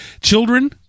children